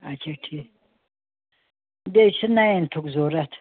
آچھا ٹھیٖک بیٚیہِ چھُ نایِنتھُک ضُروٗرت